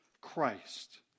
Christ